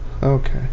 okay